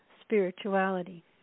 spirituality